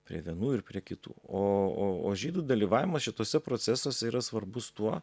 prie vienų ir prie kitų o o o žydų dalyvavimas šituose procesuose yra svarbus tuo